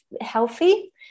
healthy